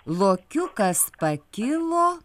lokiukas pakilo